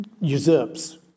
usurps